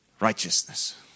righteousness